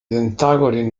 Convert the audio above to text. tentacoli